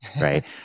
right